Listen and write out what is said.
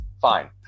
Fine